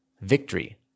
Victory